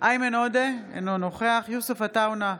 איימן עודה, אינו נוכח יוסף עטאונה,